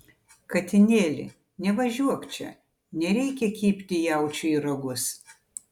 katinėli nevažiuok čia nereikia kibti jaučiui į ragus